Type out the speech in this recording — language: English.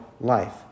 life